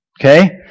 Okay